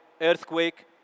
earthquake